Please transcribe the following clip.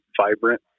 vibrant